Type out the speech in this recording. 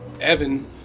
Evan